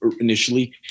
initially